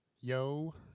Yo